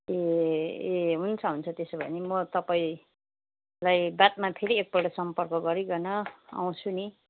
ए ए हुन्छ हुन्छ त्यसो भने म तपाईँलाई बादमा फेरि एकपल्ट सम्पर्क गरिकन आउँछु नि